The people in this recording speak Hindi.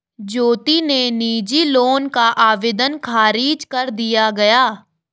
ज्योति के निजी लोन का आवेदन ख़ारिज कर दिया गया